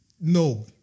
No